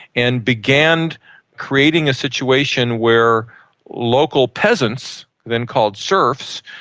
and began creating a situation where local peasants, then call serfs,